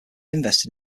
invested